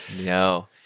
No